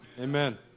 Amen